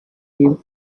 him